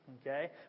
okay